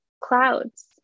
clouds